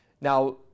Now